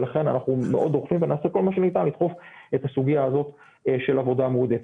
ולכן אנחנו מאוד דוחפים את הסוגיה הזאת של עבודה מועדפת.